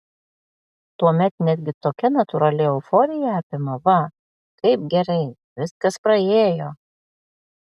tuomet netgi tokia natūrali euforija apima va kaip gerai viskas praėjo